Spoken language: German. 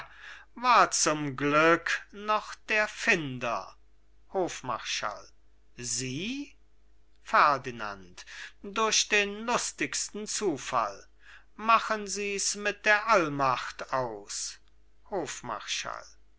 war zum glück noch der finder hofmarschall sie ferdinand durch den lustigsten zufall machen sie's mit der allmacht aus